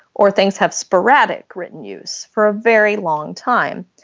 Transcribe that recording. or things have sporadic written use for a very long time.